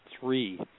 three